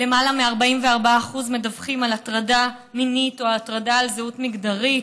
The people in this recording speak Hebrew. למעלה מ-44% מדווחים על הטרדה מינית או על הטרדה על רקע זהות מגדרית,